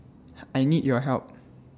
I need your help